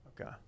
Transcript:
Okay